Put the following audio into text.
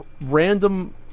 random –